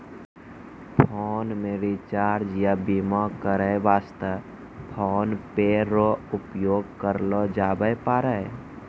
phone मे recharge या बीमा करै वास्ते फोन पे रो उपयोग करलो जाबै पारै